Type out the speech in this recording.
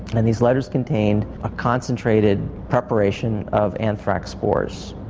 and these letters contained a concentrated preparation of anthrax spores.